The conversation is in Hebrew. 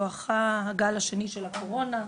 בואכה הגל השני של הקורונה,